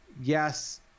yes